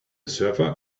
surfer